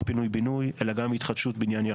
פינוי בינוי אלא גם התחדשות בניין יחיד.